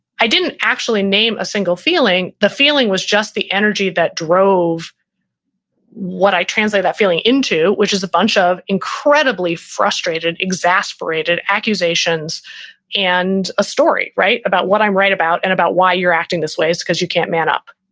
i didn't actually name a single feeling. the feeling was just the energy that drove what i translate that feeling into, which is a bunch of incredibly frustrated, exasperated accusations and a story, right? about what i'm right about and about why you're acting this way is because you can't man up.